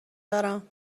دارم